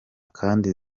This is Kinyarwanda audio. kandi